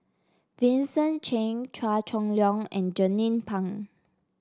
Vincent Cheng Chua Chong Long and Jernnine Pang